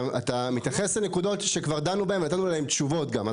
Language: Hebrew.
אתה מתייחס לנקודות שכבר דנו בהן ונתנו עליהן תשובות גם.